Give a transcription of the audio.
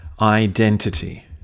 identity